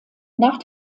nach